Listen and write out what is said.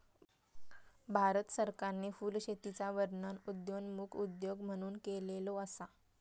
भारत सरकारने फुलशेतीचा वर्णन उदयोन्मुख उद्योग म्हणून केलेलो असा